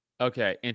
Okay